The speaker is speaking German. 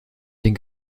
den